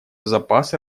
запасы